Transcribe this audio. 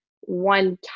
one